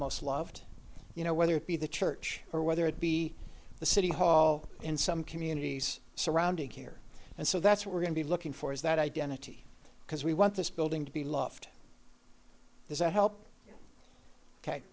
most loved you know whether it be the church or whether it be the city hall in some communities surrounding here and so that's what we're going to be looking for is that identity because we want this building to be loft there's a help ok